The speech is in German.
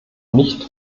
nicht